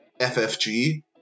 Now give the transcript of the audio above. FFG